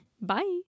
Bye